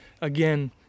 again